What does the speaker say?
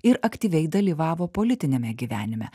ir aktyviai dalyvavo politiniame gyvenime